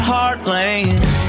Heartland